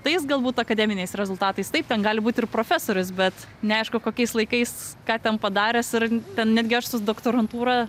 tais galbūt akademiniais rezultatais taip ten gali būt ir profesorius bet neaišku kokiais laikais ką ten padaręs ir ten netgi aš su doktorantūra